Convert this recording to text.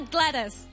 Gladys